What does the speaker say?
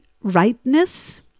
rightness